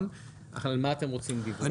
מה אתם רוצים לגבי דיווח?